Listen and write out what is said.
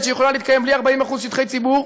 שיכולה להתקיים בלי 40% שטחי ציבור.